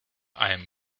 einem